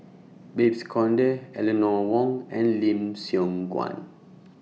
Babes Conde Eleanor Wong and Lim Siong Guan